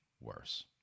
worse